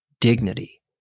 dignity